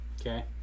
Okay